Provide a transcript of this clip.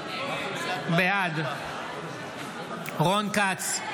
בעד רון כץ,